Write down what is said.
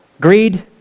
Greed